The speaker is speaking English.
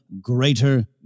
Greater